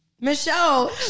Michelle